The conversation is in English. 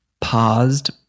paused